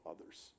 others